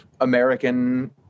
American